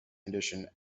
condition